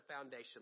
foundation